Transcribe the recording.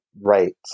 right